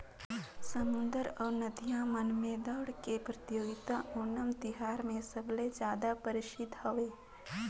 समुद्दर अउ नदिया मन में दउड़ के परतियोगिता ओनम तिहार मे सबले जादा परसिद्ध हवे